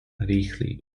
rýchly